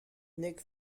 neck